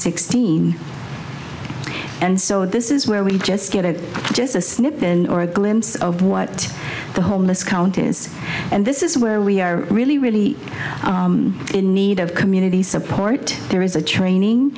sixteen and so this is where we just get a just a snippet and or a glimpse of what the homeless count is and this is where we are really really in need of community support there is a training